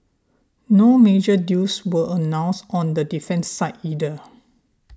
no major deals were announced on the defence side either